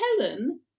Helen